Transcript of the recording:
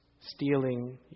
stealing